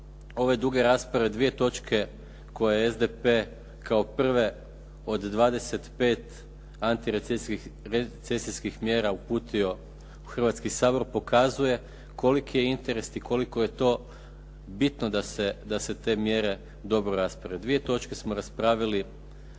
ove duge rasprave dvije točke koje je SDP kao prve od 25 antirecesijskih mjera uputio u Hrvatski sabor, pokazuje koliki je interes i koliko je to bitno da se te mjere dobro rasprave.